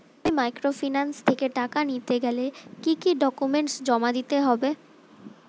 আমি মাইক্রোফিন্যান্স থেকে টাকা নিতে গেলে কি কি ডকুমেন্টস জমা দিতে হবে?